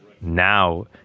Now